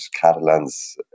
Catalan's